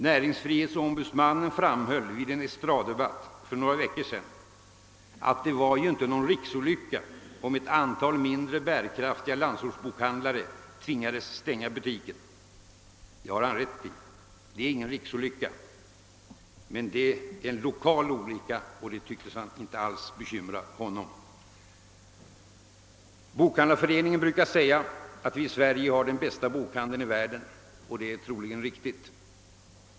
Näringsfrihetsombudsmannen framhöll i en estraddebatt för några veckor sedan att det inte var någon riksolycka om ett antal mindre bärkraftiga landsortsboklådor tvingades slå igen. Det har han rätt i — det är ingen riksolycka, men det är en lokal olycka. Detta tycktes emellertid inte alls bekymra honom. Svenska bokhandlareföreningen brukar säga att vi i Sverige har den bästa bokhandeln i världen, och det är troligen riktigt.